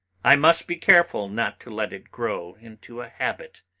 i must be careful not to let it grow into a habit.